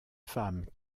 femmes